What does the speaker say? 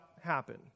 happen